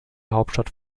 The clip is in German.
hauptstadt